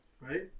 right